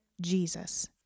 Jesus